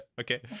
Okay